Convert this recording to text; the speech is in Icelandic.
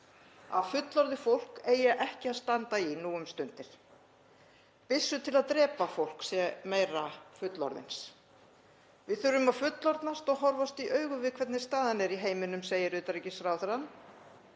að fullorðið fólk eigi ekki að standa í nú um stundir. Byssur til að drepa fólk sé meira fullorðins. Við þurfum að fullorðnast og horfast í augu við hvernig staðan er í heiminum, segir utanríkisráðherra.